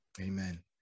Amen